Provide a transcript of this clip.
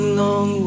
long